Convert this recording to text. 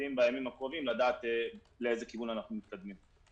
ומקווים בימים הקרובים לדעת לאיזה כיוון אנחנו מתקדמים.